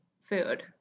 food